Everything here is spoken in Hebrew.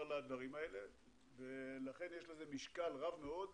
לדברים ולכן יש לזה משקל רב מאוד.